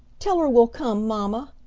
tell her we'll come, mamma,